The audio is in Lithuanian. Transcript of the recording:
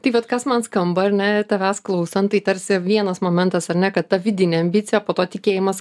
tai vat kas man skamba ar ne ir tavęs klausant tai tarsi vienas momentas ar ne kad ta vidinė ambicija po to tikėjimas